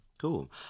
Cool